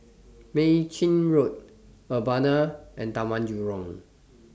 Mei Chin Road Urbana and Taman Jurong